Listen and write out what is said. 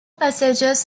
passages